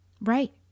Right